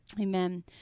Amen